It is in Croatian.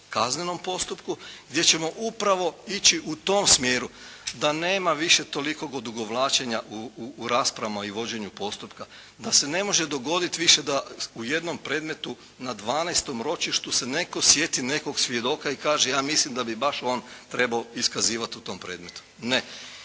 kaznenom postupku gdje ćemo upravo ići u tom smjeru da nema više toliko odugovlačenja u raspravama i vođenju postupka, da se ne može dogoditi više da u jednom predmetu na 12-tom ročištu se netko sjeti nekog svjedoka i kaže ja mislim da bi baš on trebao iskazivati u tom predmetu. Ne.